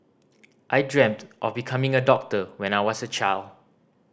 I dreamt of becoming a doctor when I was a child